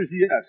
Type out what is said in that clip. yes